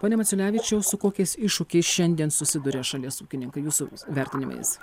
pone maculevičiaus su kokiais iššūkiais šiandien susiduria šalies ūkininkai jūsų vertinimais